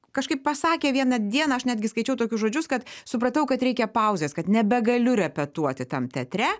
kažkaip pasakė vieną dieną aš netgi skaičiau tokius žodžius kad supratau kad reikia pauzės kad nebegaliu repetuoti tam teatre